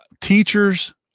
teachers